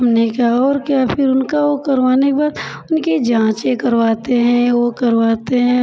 हमने कहा और क्या फिर उनका ओ करवाने के बाद उनकी जाँचे करवाते हैं वो करवाते हैं